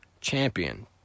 champion